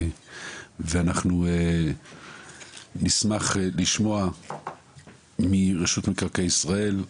אנחנו נשמח לשמוע מרשות מקרקעי ישראל,